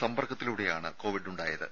സമ്പർക്കത്തിലൂടെയാണ് കോവിഡ് ഉണ്ടായത്